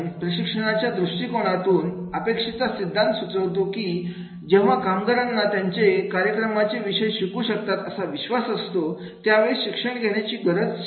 प्रशिक्षणाच्या दृष्टिकोनातून अपेक्षित चा सिद्धांत सुचवतो कि जेव्हा कामगारांना ते कार्यक्रमाचे विषय शिकू शकतात असा विश्वास असतो त्यावेळेस शिक्षण घेण्याची जास्त शक्यता असते